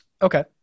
okay